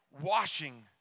washing